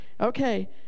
Okay